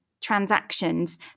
transactions